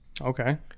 Okay